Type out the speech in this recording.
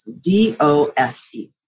D-O-S-E